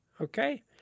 okay